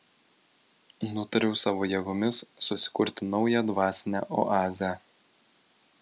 nutariau savo jėgomis susikurti naują dvasinę oazę